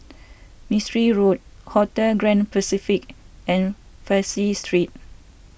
Mistri Road Hotel Grand Pacific and Fraser Street